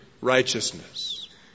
righteousness